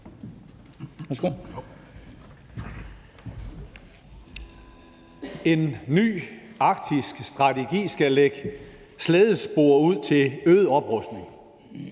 En ny arktisk strategi skal lægge slædespor ud til øget oprustning,